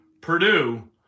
Purdue